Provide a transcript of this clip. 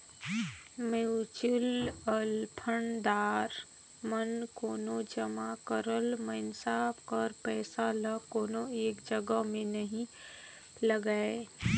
mutual fund दार मन कोनो जमा करल मइनसे कर पइसा ल कोनो एक जगहा में नी लगांए